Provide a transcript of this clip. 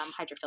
hydrophilic